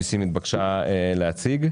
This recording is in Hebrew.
שרשות המיסים התבקשה להציג.